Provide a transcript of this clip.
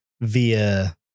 via